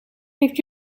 heeft